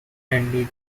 andy